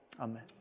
Amen